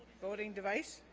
voting device